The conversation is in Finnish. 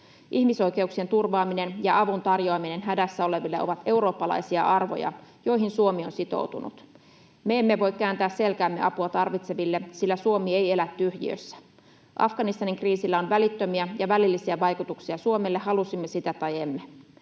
Ihmisoikeuksien turvaaminen ja avun tarjoaminen hädässä oleville ovat eurooppalaisia arvoja, joihin Suomi on sitoutunut. Me emme voi kääntää selkäämme apua tarvitseville, sillä Suomi ei elä tyhjiössä. Afganistanin kriisillä on välittömiä ja välillisiä vaikutuksia Suomelle, halusimme sitä tai emme.